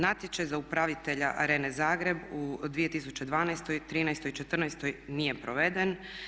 Natječaj za upravitelja Arene Zagreb u 2012., 2013. i 2014. nije proveden.